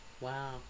Wow